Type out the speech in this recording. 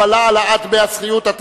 הגבלה על העלאת דמי השכירות),